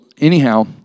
anyhow